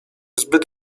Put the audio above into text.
zbyt